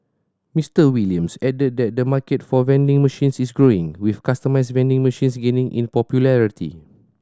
Mister Williams added that the market for vending machines is growing with customised vending machines gaining in popularity